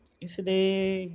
ਇਸਦੇ